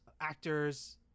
actors